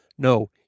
No